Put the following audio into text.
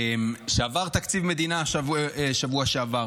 שעבר תקציב מדינה בשבוע שעבר?